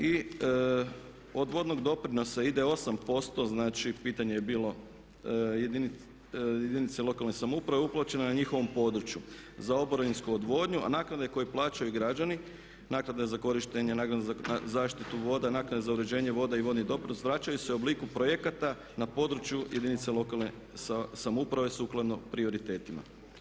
I od vodnog doprinosa ide 8%, znači pitanje je bilo jedinice lokalne samouprave, uplaćeno je na njihovom području za oborinsku odvodnju, a naknade koje plaćaju građani, naknada za korištenje, naknada za zaštitu voda, naknada za uređenje voda i vodnih doprinosa vraćaju se u obliku projekata na području jedinica lokalne samouprave sukladno prioritetima.